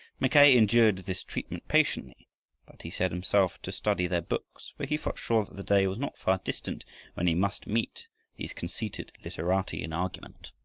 mackay endured this treatment patiently, but he set himself to study their books, for he felt sure that the day was not far distant when he must meet these conceited literati in argument.